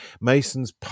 Masons